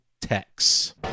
Tex